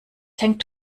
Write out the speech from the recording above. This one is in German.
hängt